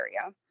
area